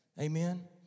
Amen